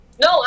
No